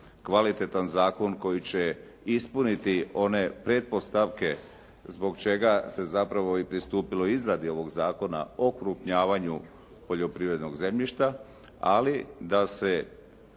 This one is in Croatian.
kvalitetan zakon koji će ispuniti one pretpostavke zbog čega se zapravo i pristupilo izradi ovog zakona o okrupnjavanju poljoprivrednog zemljišta ali da se